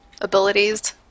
abilities